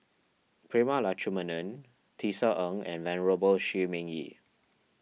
Prema Letchumanan Tisa Ng and Venerable Shi Ming Yi